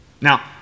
Now